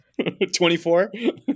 24